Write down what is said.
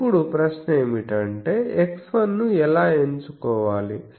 ఇప్పుడు ప్రశ్నఏమిటంటే x1 ను ఎలా ఎంచుకోవాలి